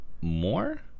more